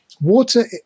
water